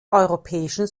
europäischen